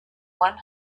one